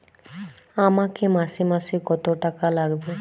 আমাকে মাসে মাসে কত টাকা লাগবে?